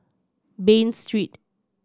Bain Street